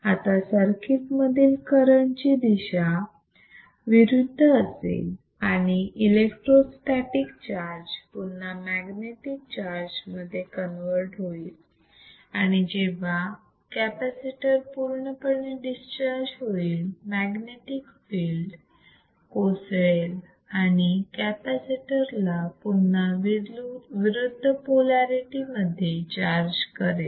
आता सर्किट मधील करंट ची दिशा विरुद्ध असेल आणि इलेक्ट्रोस्टॅटीक चार्ज पुन्हा मॅग्नेटिक चार्ज मध्ये कन्वर्ट होईल आणि जेव्हा कॅपॅसिटर पूर्णपणे डिस्चार्ज होईल मॅग्नेटिक फिल्ड कोसळेल आणि कॅपॅसिटर ला पुन्हा विरुद्ध पोलारिटी मध्ये चार्ज करेल